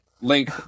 Link